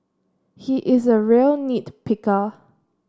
he is a real nit picker